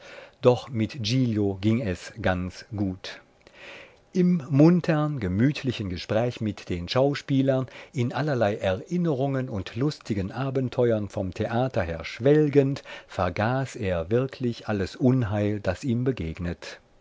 doch mit giglio ging es ganz gut im muntern gemütlichen gespräch mit den schauspielern in allerlei erinnerungen und lustigen abenteuern vom theater her schwelgend vergaß er wirklich alles unheil das ihm begegnet